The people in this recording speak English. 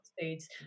foods